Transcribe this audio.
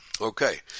Okay